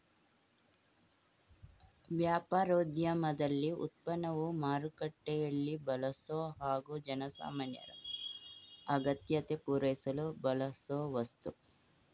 ವ್ಯಾಪಾರೋದ್ಯಮದಲ್ಲಿ ಉತ್ಪನ್ನವು ಮಾರುಕಟ್ಟೆಲೀ ಬಳಸೊ ಹಾಗು ಜನಸಾಮಾನ್ಯರ ಅಗತ್ಯತೆ ಪೂರೈಸಲು ಬಳಸೋವಸ್ತು